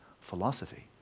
philosophy